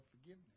forgiveness